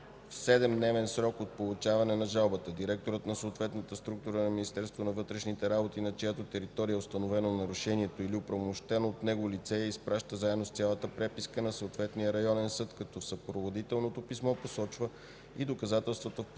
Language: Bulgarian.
„В 7-дневен срок от получаване на жалбата директорът на съответната структура на Министерството на вътрешните работи, на чиято територия е установено нарушението, или оправомощено от него лице я изпраща заедно с цялата преписка на съответния районен съд, като в съпроводителното писмо посочва и доказателствата в подкрепа